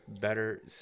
better